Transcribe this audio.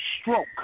stroke